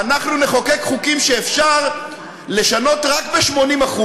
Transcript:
אנחנו נחוקק חוקים שאפשר לשנות רק ב-80%,